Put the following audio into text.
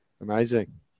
Amazing